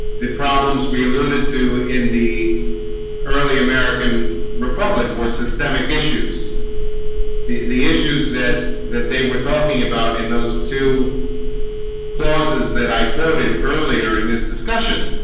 the problems we alluded to in the early american republic were systemic issues the the issues that that they were talking about in those two clauses that i quoted earlier in this discussion